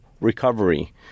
recovery